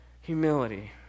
humility